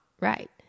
right